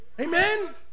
Amen